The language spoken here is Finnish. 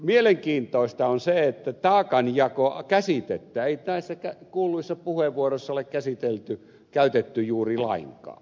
mielenkiintoista on se että taakanjakokäsitettä ei näissäkään kuulluissa puheenvuoroissa ole käytetty juuri lainkaan